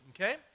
okay